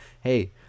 hey